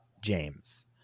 james